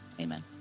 Amen